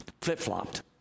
flip-flopped